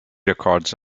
records